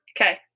Okay